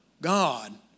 God